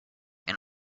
and